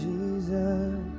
Jesus